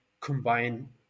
combine